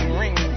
ring